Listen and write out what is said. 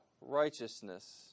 righteousness